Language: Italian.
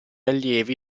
allievi